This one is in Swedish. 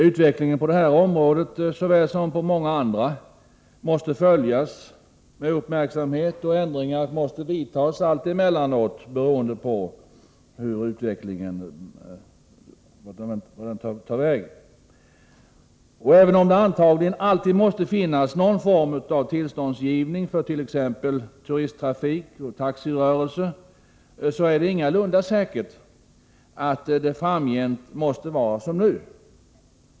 Utvecklingen på detta område såväl som på många andra måste givetvis följas med uppmärksamhet. Ändringar måste vidtas allt emellanåt beroende på vart utvecklingen går. Även om det antagligen alltid måste finnas någon form av tillståndsgivning för t.ex. turisttrafik och taxirörelse, är det ingalunda säkert att det framgent måste vara som nu.